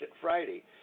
Friday